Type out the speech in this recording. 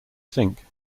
think